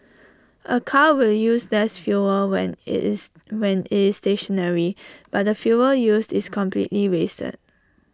A car will use less fuel when IT is when IT is stationary but the fuel used is completely wasted